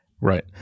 Right